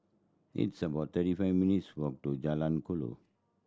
it's about thirty five minutes' walk to Jalan Kuala